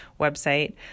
website